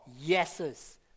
yeses